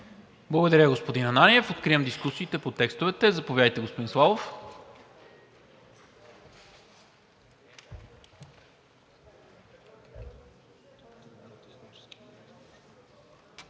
Благодаря, господин Ананиев. Откривам дискусия по текстовете. Заповядайте, господин Славов.